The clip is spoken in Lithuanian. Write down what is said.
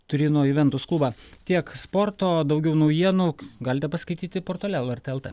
turino juventus klubą tiek sporto daugiau naujienų galite paskaityti portale lrt lt